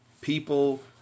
People